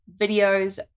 videos